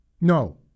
No